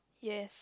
yes